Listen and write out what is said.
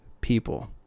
people